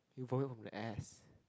you vomit from the ass